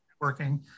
Working